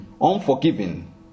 unforgiving